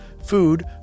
food